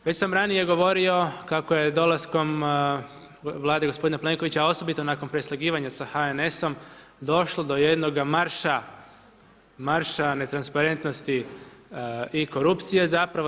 Već sam ranije govorio kako je dolaskom Vlade gospodina Plenkovića, osobito nakon preslagivanja s HNS-om, došlo do jednoga marša netransparentnosti i korupcije zapravo.